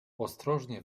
ostrożnie